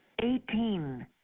Eighteen